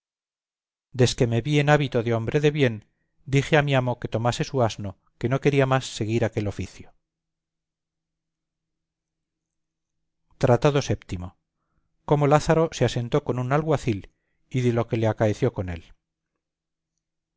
cuéllar desque me vi en hábito de hombre de bien dije a mi amo se tomase su asno que no quería más seguir aquel oficio tratado séptimo cómo lázaro se asentó con un alguacil y de lo que le acaeció con él